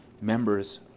members